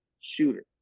shooter